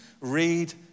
Read